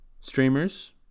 streamers